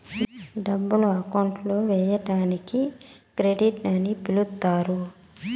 డబ్బులు అకౌంట్ లోకి వేయడాన్ని క్రెడిట్ అని పిలుత్తారు